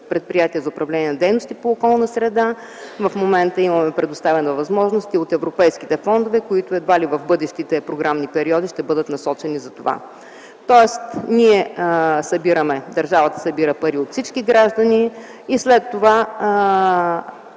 Предприятието за управление на дейности по околна среда. В момента имаме предоставени възможности от европейските фондове, които едва ли в бъдещите програмни периоди ще бъдат насочени към това. Тоест ние събираме, държавата събира пари от всички граждани, и след това